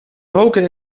roken